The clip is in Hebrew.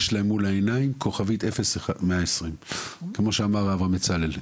לה מול העיניים כוכבית 0120. כמו שאמר אברהם בצלאל,